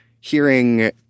hearing